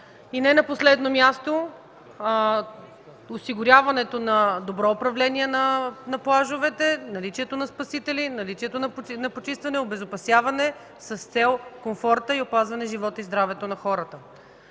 Не на последно място – осигуряването на добро управление на плажовете, наличието на спасители, наличието на почистване, обезопасяване с цел комфорта, опазване живота и здравето на хората.